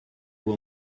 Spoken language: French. vous